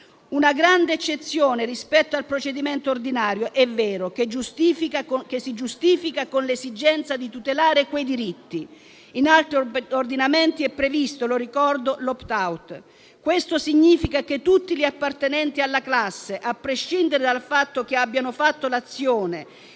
una grande eccezione rispetto al procedimento ordinario - è vero - che si giustifica con l'esigenza di tutelare quei diritti. In altri ordinamenti è previsto - lo ricordo - l'*opt-out*. Questo significa che tutti gli appartenenti alla classe, a prescindere dal fatto che abbiano fatto l'azione